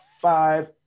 five